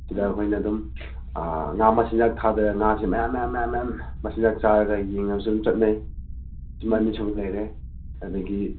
ꯁꯤꯗ ꯑꯩꯈꯣꯏꯅ ꯑꯗꯨꯝ ꯉꯥ ꯃꯆꯤꯟꯖꯥꯛ ꯊꯥꯗꯔꯒ ꯉꯥꯁꯤ ꯃꯌꯥꯝ ꯃꯌꯥꯝ ꯃꯌꯥꯝ ꯃꯌꯥꯝ ꯃꯆꯤꯟꯖꯥꯛ ꯆꯥꯔꯒ ꯌꯦꯡꯕꯁꯨ ꯑꯗꯨꯝ ꯆꯠꯅꯩ ꯁꯤꯃ ꯑꯅꯤꯁꯨꯕ ꯂꯩꯔꯦ ꯑꯗꯒꯤ